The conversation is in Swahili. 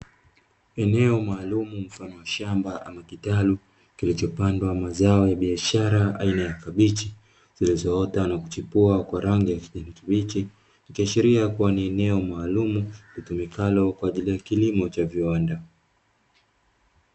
Eneo maalumu mfano wa shamba ama kitalu kilichopandwa mazao ya biashara aina ya kabichi zilizoota na kuchipua kwa rangi ya kijani kibichi, ikiashiria kuwa ni eneo maalumu litumikalo kwa ajili ya kilimo cha viwanda.